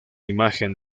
imagen